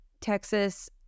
Texas